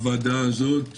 הוועדה הזאת,